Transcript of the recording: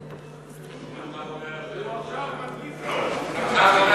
הוא עכשיו מדליף לו.